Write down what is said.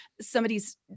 somebody's